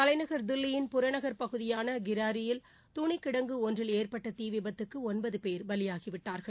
தலைநகர் தில்லியின் புறநகர் பகுதியான கிராரி யில் துணிக்கிடங்கு ஒன்றில் ஏற்பட்ட தீ விபத்துக்கு ஒன்பது பேர் பலியாகிவிட்டார்கள்